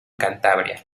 cantabria